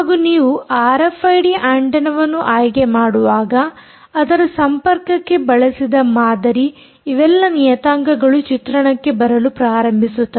ಹಾಗೂ ನೀವು ಆರ್ಎಫ್ಐಡಿ ಆಂಟೆನ್ನವನ್ನು ಆಯ್ಕೆಮಾಡುವಾಗ ಅದರ ಸಂಪರ್ಕಕ್ಕೆ ಬಳಸಿದ ಮಾದರಿ ಇವೆಲ್ಲಾ ನಿಯತಾಂಕಗಳು ಚಿತ್ರಣಕ್ಕೆ ಬರಲು ಪ್ರಾರಂಭಿಸುತ್ತದೆ